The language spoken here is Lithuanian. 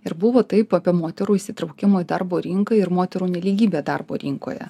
ir buvo taip apie moterų įsitraukimo į darbo rinką ir moterų nelygybę darbo rinkoje